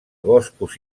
boscos